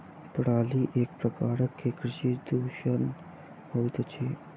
पराली एक प्रकार के कृषि प्रदूषण होइत अछि